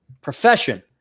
profession